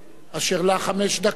אשר לה חמש דקות,